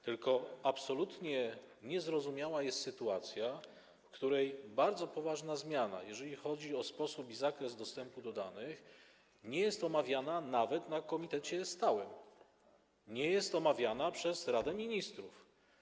Tylko absolutnie niezrozumiała jest sytuacja, w której bardzo poważna zmiana, jeżeli chodzi o sposób i zakres dostępu do danych, nie jest omawiana nawet w Stałym Komitecie, nie jest omawiana przez Radę Ministrów.